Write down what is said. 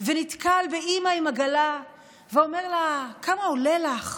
ונתקל באימא עם עגלה ואומר לה: כמה עולה לך